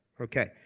Okay